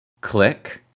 Click